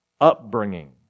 upbringing